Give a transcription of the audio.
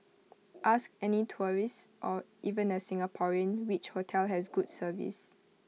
ask any tourist or even A Singaporean which hotel has good service